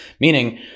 meaning